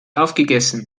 aufgegessen